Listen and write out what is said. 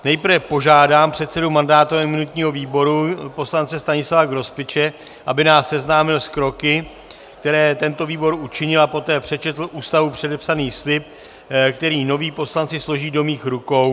Nejprve požádám předsedu mandátového a imunitního výboru poslance Stanislava Grospiče, aby nás seznámil s kroky, které tento výbor učinil, a poté přečetl Ústavou předepsaný slib, který noví poslanci složí do mých rukou.